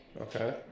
Okay